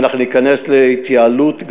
ואנחנו נכנס להתייעלות,